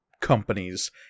companies